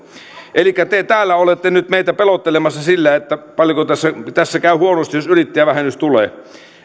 elikkä te täällä olette nyt meitä pelottelemassa sillä että tässä käy huonosti jos yrittäjävähennys tulee